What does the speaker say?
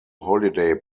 holiday